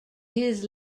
his